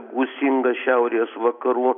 gūsingas šiaurės vakarų